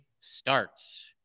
starts